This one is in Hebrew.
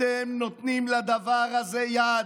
אתם נותנים לדבר הזה יד.